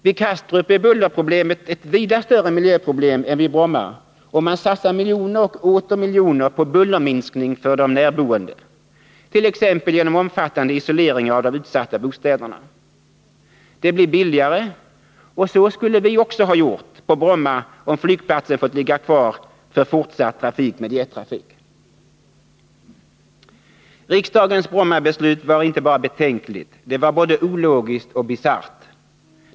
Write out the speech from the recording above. Vid Kastrup är bullerproblemet ett vida större miljöproblem än vid Bromma, och man satsar miljoner och åter miljoner på bullerminskning för de närboende, t.ex. genom omfattande isoleringar av de utsatta bostäderna. Det blir billigare. Så skulle vi också ha gjort på Bromma, om flygplatsen hade fått ligga kvar för jettrafik. Riksdagens Brommabeslut var inte bara betänkligt, det var både ologiskt och bisarrt.